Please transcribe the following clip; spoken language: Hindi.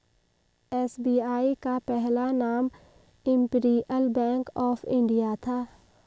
एस.बी.आई का पहला नाम इम्पीरीअल बैंक ऑफ इंडिया था